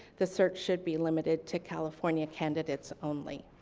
the search should be limited to california candidates only.